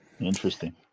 Interesting